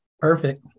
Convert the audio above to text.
Perfect